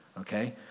okay